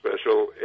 special